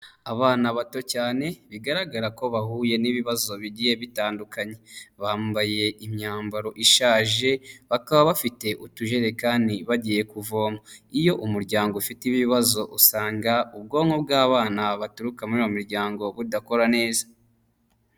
Abana bato cyane bigaragara ko bahuye n'ibibazo bigiye bitandukanye, bambaye imyambaro ishaje bakaba bafite utujerekani bagiye kuvoma, iyo umuryango ufite ibibazo usanga ubwonko bw'abana baturuka muri iyo miryango budakora neza.